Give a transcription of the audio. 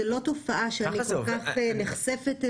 זאת לא תופעה שאני כל כך נחשפת אליה.